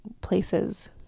places